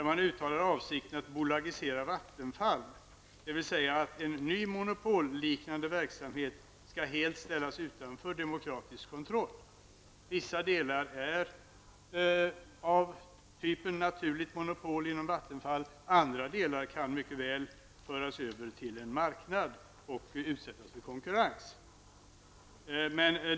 Man uttalar där avsikterna att bolagisera Vattenfall. Det innebär att en ny monopolliknande verksamhet helt skulle ställas utanför demokratiskt kontroll. Vissa delar inom Vattenfall är av typen naturligt monopol, andra delar kan mycket väl föras över till en marknad och utsättas för konkurrens.